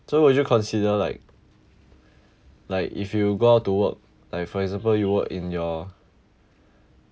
so would you consider like like if you go out to work like for example you work in your